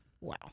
Wow